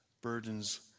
burdens